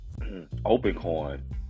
OpenCoin